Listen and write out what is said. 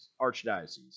Archdiocese